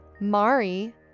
Mari